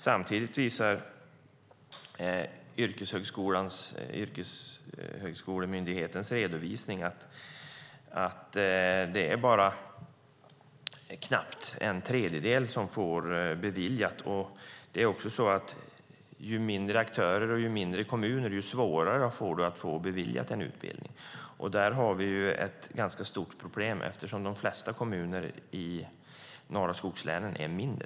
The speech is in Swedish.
Samtidigt visar Yrkeshögskolemyndighetens redovisning att bara knappt en tredjedel beviljas en utbildning. Ju färre aktörer och ju mindre kommuner, desto svårare blir det att få en utbildning beviljad. Där har vi ett ganska stort problem eftersom de flesta kommunerna i de norra skogslänen är mindre.